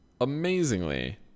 Amazingly